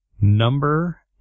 Number